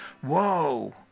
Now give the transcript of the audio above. Whoa